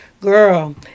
Girl